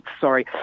sorry